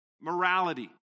morality